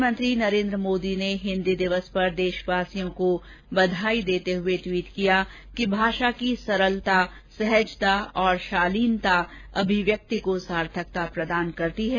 प्रधानमंत्री नरेन्द्र मोदी ने हिंदी दिवस पर देशवासियों को बधाई देते हुए ट्वीट कर कहा कि भाषा की सरलता सहजता और शालीनता अभिव्यक्ति को सार्थकता प्रदान करती है